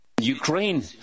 Ukraine